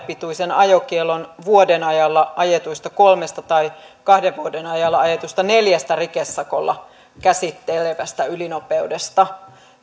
pituisen ajokiellon vuoden ajalla ajetuista kolmesta tai kahden vuoden ajalla ajetuista neljästä rikesakolla käsiteltävästä ylinopeudesta